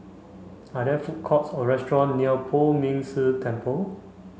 are there food courts or restaurant near Poh Ming Tse Temple